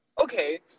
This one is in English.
okay